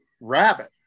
Rabbit